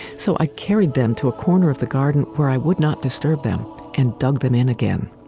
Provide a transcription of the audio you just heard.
so i carried them to a corner of the garden where i would not disturb them and dug them in again.